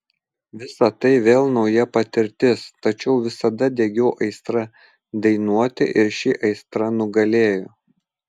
visa tai vėl nauja patirtis tačiau visada degiau aistra dainuoti ir ši aistra nugalėjo